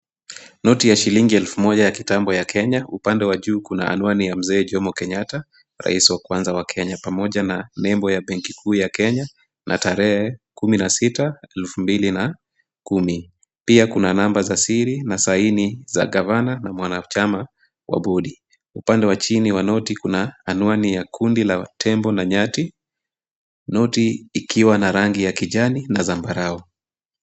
Noti ya shilingi elfu moja ya kitambo ya Kenya. Upande wa juu kuna anwani ya Mzee Jomo Kenyatta, rais wa kwanza wa Kenya, pamoja na nembo ya Benki Kuu ya Kenya na tarehe 16/2010, pia kuna namba za siri na saini za gavana na mwanachama wa bodi. Upande wa chini wa noti kuna anwani ya kundi la tembo na nyati. Noti ikiwa na rangi ya kijani na zambarau.